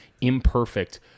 imperfect